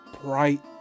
bright